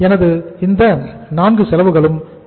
எனவே இந்த 4 செலவுகளும் முக்கியமானவை